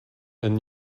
and